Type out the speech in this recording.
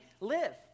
live